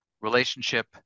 relationship